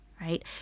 right